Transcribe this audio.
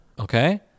okay